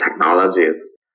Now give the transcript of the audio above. technologies